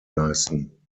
leisten